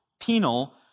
Penal